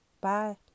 bye